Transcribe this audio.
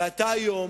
ואתה, היום,